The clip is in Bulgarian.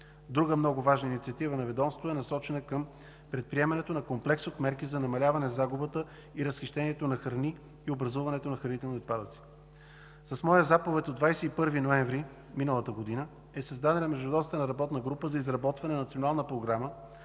Друга много важна инициатива на ведомството е насочена към предприемането на комплекс от мерки за намаляване загубата и разхищението на храни и образуването на хранителни отпадъци. С моя заповед от 21 ноември миналата година е създадена Междуведомствена работна група за изработване на Национална програма